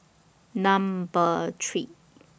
Number three